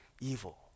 evil